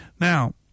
Now